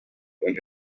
and